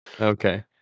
Okay